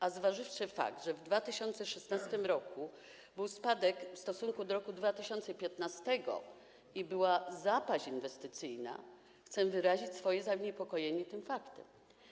A zważywszy na fakt, że w 2016 r. był spadek w stosunku do roku 2015 i była zapaść inwestycyjna, chcę wyrazić swoje zaniepokojenie tym faktem.